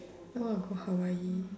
I want to go Hawaii